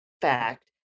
fact